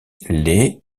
les